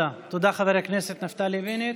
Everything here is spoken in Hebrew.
תודה, חבר הכנסת נפתלי בנט.